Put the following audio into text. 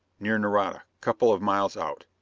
near nareda couple of miles out.